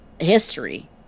history